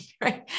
right